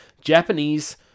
Japanese